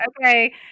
Okay